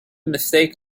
mistake